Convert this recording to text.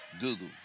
Google